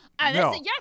No